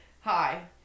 Hi